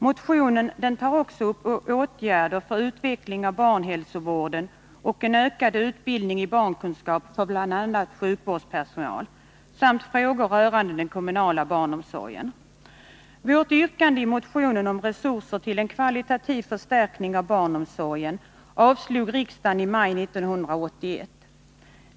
Motionen tar också upp åtgärder för utveckling av barnhälsovården och en ökad utbildning i barnkunskap för bl.a. sjukvårdspersonal samt frågor rörande den kommunala barnomsorgen. Vårt yrkande i motionen om resurser till en kvalitativ förstärkning av barnomsorgen avslog riksdagen i maj 1981.